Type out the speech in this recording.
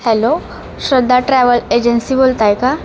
hello Shraddha travel agency बोलत आहे का